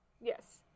Yes